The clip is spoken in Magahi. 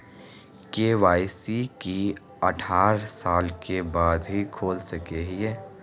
के.वाई.सी की अठारह साल के बाद ही खोल सके हिये?